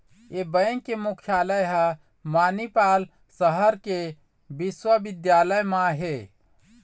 ए bank के मुख्यालय ह मनिपाल सहर के बिस्वबिद्यालय म हे